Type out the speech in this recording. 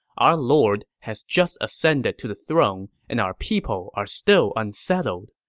our lord has just ascended to the throne and our people are still unsettled.